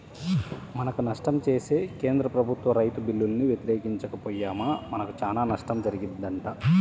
మనకు నష్టం చేసే కేంద్ర ప్రభుత్వ రైతు బిల్లుల్ని వ్యతిరేకించక పొయ్యామా మనకు చానా నష్టం జరిగిద్దంట